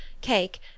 cake